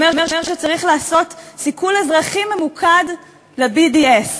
שצריך לעשות סיכול אזרחי ממוקד ל-BDS.